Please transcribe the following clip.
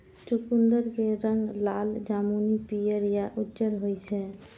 चुकंदर के रंग लाल, जामुनी, पीयर या उज्जर होइ छै